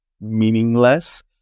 meaningless